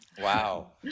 Wow